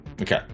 Okay